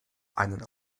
einen